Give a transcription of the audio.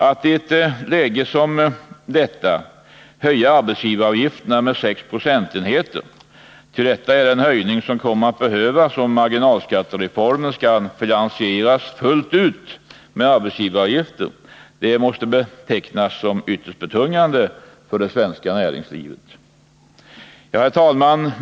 Att i ett läge som detta höja arbetsgivaravgifterna med 6 procentenheter — det är den höjning som kommer att behövas om marginalskattereformen skall finansieras helt med arbetsgivaravgifter — måste betecknas som ytterst betungande för det svenska näringslivet. Herr talman!